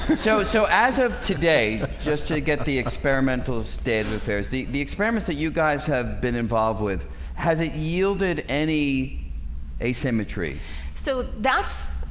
so so as of today just to get the experimental stage repairs the the experiments that you guys have been involved with has it yielded any asymmetry so that's